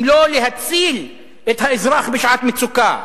אם לא בשביל להציל את האזרח בשעת מצוקה?